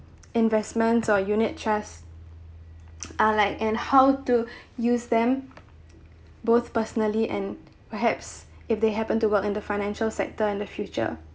investments or unit trusts are like and how to use them both personally and perhaps if they happen to work in the financial sector in the future